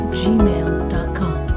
gmail.com